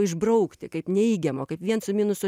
išbraukti kaip neigiamo kaip vien su minuso